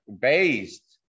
based